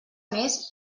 més